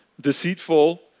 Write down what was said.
deceitful